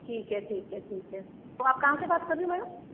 ठीक है ठीक है ठीक है तो आप कहाँ से बात कर रही हो मैडम